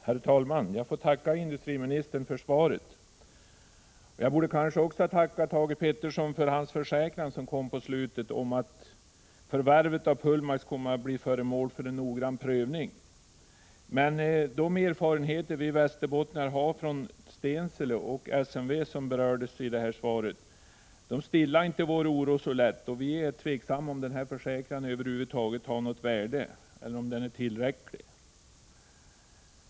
Herr talman! Jag får tacka industriministern för svaret. Jag borde kanske också tacka Thage Peterson för hans försäkran i slutet av svaret om att förvärvet av Pullmax kommer att bli föremål för en noggrann prövning. Men de erfarenheter vi västerbottningar har från Stensele och SMV, som berörs i svaret, gör att vår oro inte stillas så lätt. Vi är tveksamma till om denna försäkran är tillräcklig eller om den över huvud taget har något värde.